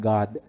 God